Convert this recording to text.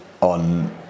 on